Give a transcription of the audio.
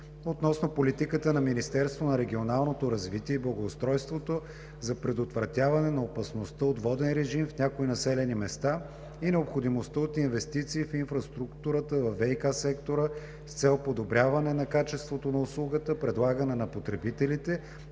относно политиката на Министерството на регионалното развитие и благоустройството за предотвратяване на опасността от воден режим в някои населени места и необходимостта от инвестиции в инфраструктурата във ВиК сектора с цел подобряване на качеството на услугата, предлагана на потребителите,